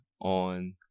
on